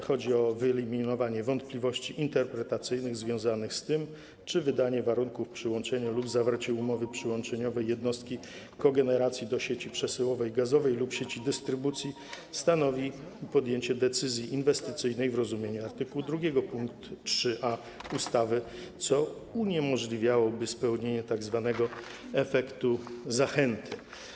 Chodzi o wyeliminowanie wątpliwości interpretacyjnych związanych z tym, czy wydanie warunków przyłączenia lub zawarcie umowy przyłączeniowej jednostki kogeneracji do sieci przesyłowej gazowej lub sieci dystrybucji stanowi podjęcie decyzji inwestycyjnej w rozumieniu art. 2 pkt 3a ustawy, co uniemożliwiałoby spełnienie tzw. efektu zachęty.